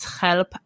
help